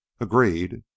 Agreed